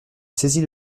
saisis